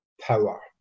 power